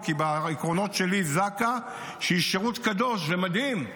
כי בעקרונות שלי זק"א, שהוא שירות קדוש ומדהים,